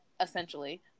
essentially